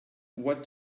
what